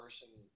Person